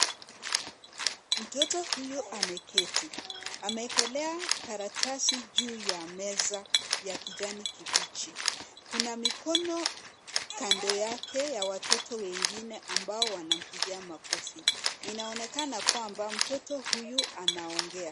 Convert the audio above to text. Mtoto huyu ameketi. Amewekelea karatasi juu ya meza ya kijani kibichi. Kuna mikono kando yake ya watoto wengine ambao wanampigia. Inaonekana kwamba mtoto huyu anaongea.